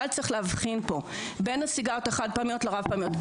אבל צריך להבחין פה בין הסיגריות החד פעמיות לרב פעמיות.